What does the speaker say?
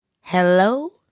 Hello